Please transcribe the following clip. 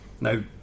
Now